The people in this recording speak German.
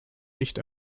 nicht